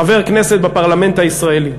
חבר כנסת בפרלמנט הישראלי.